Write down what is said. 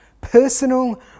personal